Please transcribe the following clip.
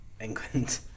England